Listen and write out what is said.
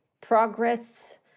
progress